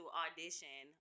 audition